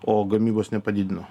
o gamybos nepadidino